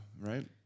right